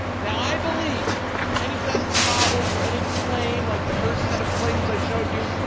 now, i believe for any testing problem, for any claim like the first set of claims i showed you,